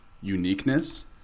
uniqueness